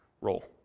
role